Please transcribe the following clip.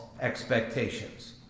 expectations